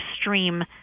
stream